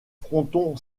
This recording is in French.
fronton